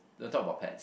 don't talk about pets